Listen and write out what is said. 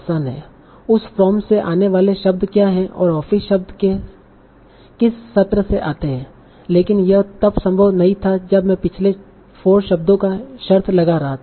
उस फ्रॉम से आने वाले शब्द क्या हैं और ऑफिस शब्द समय के किस सत्र से आते हैं लेकिन यह तब संभव नहीं था जब मैं पिछले 4 शब्दों पर शर्त लगा रहा था